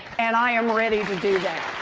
and i am ready to do that,